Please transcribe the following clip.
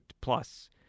plus